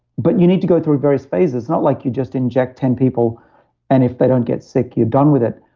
but you need to go through various phases. it's not like you just inject ten people and if they don't get sick you're done with it,